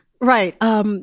Right